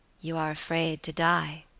you are afraid to die?